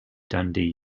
dundee